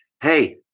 Hey